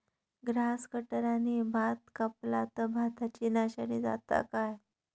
Grass कटराने भात कपला तर भाताची नाशादी जाता काय?